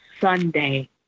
Sunday